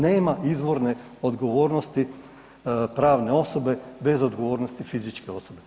Nema izvorne odgovornosti pravne osobe bez odgovornosti fizičke osobe.